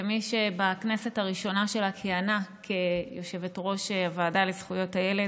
כמי שבכנסת הראשונה שלה כיהנה כיושבת-ראש הוועדה לזכויות הילד,